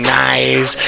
nice